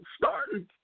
starting